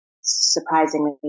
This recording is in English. surprisingly